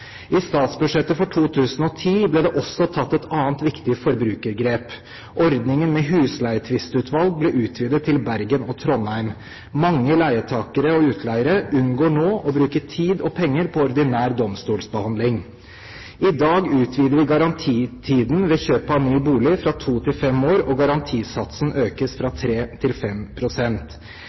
I statsbudsjettet for 2010 ble det også tatt et annet viktig forbrukergrep. Ordningen med husleietvistutvalg ble utvidet til Bergen og Trondheim. Mange leietakere og utleiere unngår nå å bruke tid og penger på ordinær domstolsbehandling. I dag utvider vi garantitiden ved kjøp av ny bolig fra to til fem år, og garantisatsen økes fra 3 til